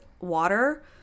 water